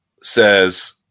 says